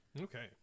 Okay